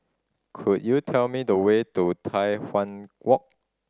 could you tell me the way to Tai Hwan Walk